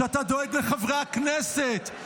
שאתה דואג לחברי הכנסת,